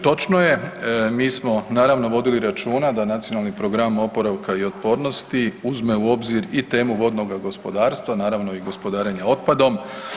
Točno je, mi smo naravno vodili računa da Nacionalni program oporavka i otpornosti uzme u obzir i temu vodnoga gospodarstva, naravno i gospodarenja otpadom.